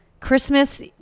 Christmas